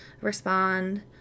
respond